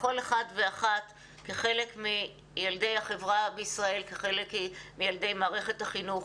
לכל אחד ואחת כחלק מילדי מערכת החינוך.